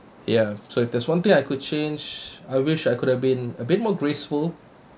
ya so if there's one thing I could change I wish I could have been a bit more graceful